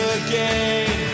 again